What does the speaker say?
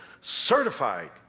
certified